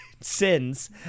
sins